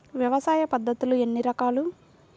వ్యవసాయ పద్ధతులు ఎన్ని రకాలు?